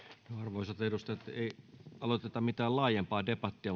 arvoisat edustajat ei aloiteta mitään laajempaa debattia